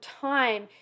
time